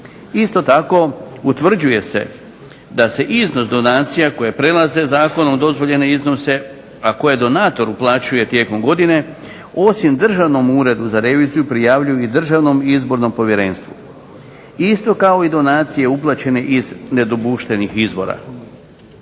Isto tako utvrđuje se da se iznos donacija koje prelaze zakonom dozvoljene iznose a koje donator uplaćuje tijekom godine osim državnom uredu za reviziju prijavljuju i državnom izbornom povjerenstvu isto tako i donacije uplaćene iz nedopuštenih izvora.